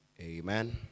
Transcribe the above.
Amen